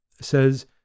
says